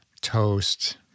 toast